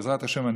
בעזרת השם,